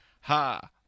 ha